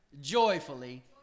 joyfully